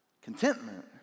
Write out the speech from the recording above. Contentment